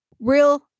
real